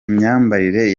imyambarire